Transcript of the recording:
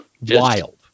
Wild